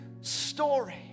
story